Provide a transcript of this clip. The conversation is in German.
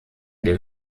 der